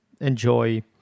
enjoy